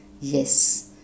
Yes